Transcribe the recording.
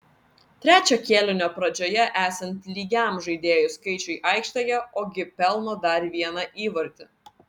trečio kėlinio pradžioje esant lygiam žaidėjų skaičiui aikštėje ogi pelno dar vieną įvartį